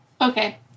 Okay